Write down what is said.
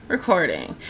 Recording